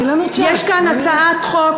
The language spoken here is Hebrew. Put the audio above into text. יש כאן הצעת חוק